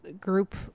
group